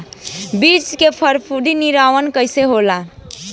बीज के फफूंदी निवारण कईसे होला?